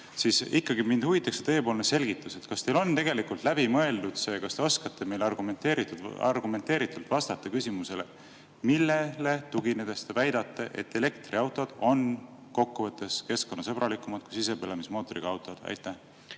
Mind ikkagi huvitab teie selgitus. Kas teil on see tegelikult läbi mõeldud? Kas te oskate argumenteeritult vastata küsimusele, millele tuginedes te väidate, et elektriautod on kokkuvõttes keskkonnasõbralikumad kui sisepõlemismootoriga autod? Aitäh!